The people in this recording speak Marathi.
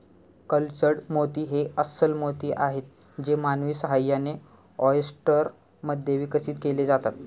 कल्चर्ड मोती हे अस्स्ल मोती आहेत जे मानवी सहाय्याने, ऑयस्टर मध्ये विकसित केले जातात